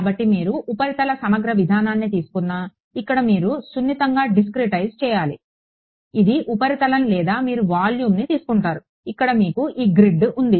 కాబట్టి మీరు ఉపరితల సమగ్ర విధానాన్ని తీసుకున్నా ఇక్కడ మీరు సున్నితంగా డిస్క్రెటైజ్ చేయాలి ఇది ఉపరితలం లేదా మీరు వాల్యూమ్ను తీసుకుంటారు ఇక్కడ మీకు ఈ గ్రిడ్ ఉంది